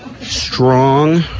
strong